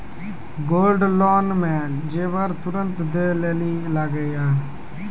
Gold loan मे जेबर तुरंत दै लेली लागेया?